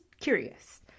curious